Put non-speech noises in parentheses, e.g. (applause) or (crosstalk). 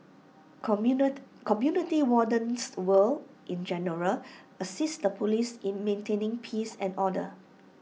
(unintelligible) community wardens will in general assist the Police in maintaining peace and order